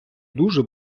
дуже